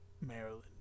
Maryland